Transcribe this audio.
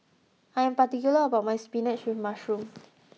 I'm particular about my spinach with mushroom